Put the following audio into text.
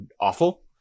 awful